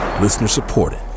Listener-supported